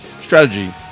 strategy